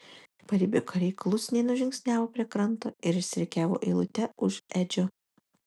paribio kariai klusniai nužingsniavo prie kranto ir išsirikiavo eilute už edžio